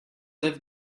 live